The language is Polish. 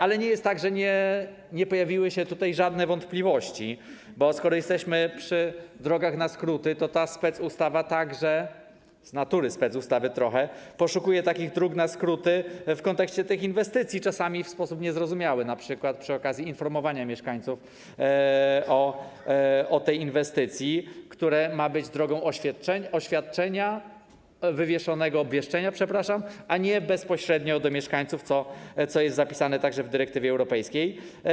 Ale nie jest tak, że nie pojawiły się tutaj żadne wątpliwości, bo skoro jesteśmy przy drogach na skróty, to ta specustawa, trochę z natury specustawy, także poszukuje takich dróg na skróty w kontekście tych inwestycji, czasami w sposób niezrozumiały, np. przy okazji informowania mieszkańców o tej inwestycji, co ma odbywać się drogą wywieszonego obwieszczenia, a nie bezpośrednio do mieszkańców, co jest zapisane także w dyrektywie europejskiej.